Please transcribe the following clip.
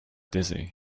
dizzy